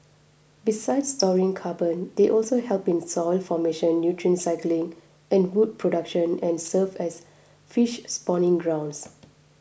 besides storing carbon they also help in soil formation nutrient cycling and wood production and serve as fish spawning grounds